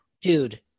Dude